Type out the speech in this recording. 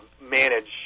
manage